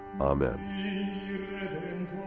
Amen